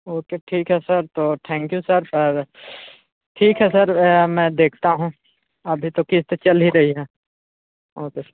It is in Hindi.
ओके ठीक है सर तो थैंक यू सर ठीक है सर मैं देखता हूँ अभी तो किस्त चल ही रही है ओके सर